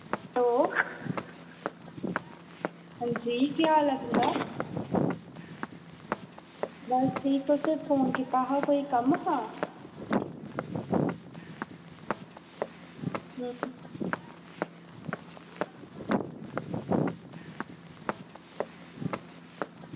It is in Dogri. हैलो हां जी केह् हाल ऐ तुं'दा बस ठीक तुसें फोन कीता हा कोई कम्म हा हूं